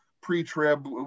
pre-trib